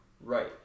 Right